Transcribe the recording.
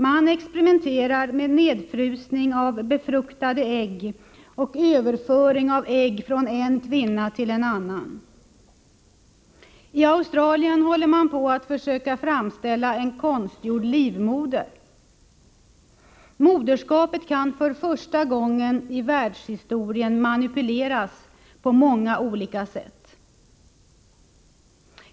Man experimenterar med nedfrysning av befruktade ägg och med överföring av ägg från en kvinna till en annan. I Australien håller man på att försöka framställa en konstgjord livmoder. Moderskapet kan för första gången i världshistorien manipuleras på många olika sätt.